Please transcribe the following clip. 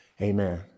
Amen